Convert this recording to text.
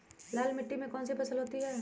लाल मिट्टी में कौन सी फसल होती हैं?